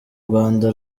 rwanda